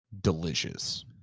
Delicious